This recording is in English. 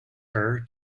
her